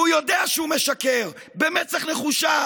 כשהוא יודע שהוא משקר במצח נחושה,